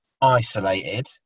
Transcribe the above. isolated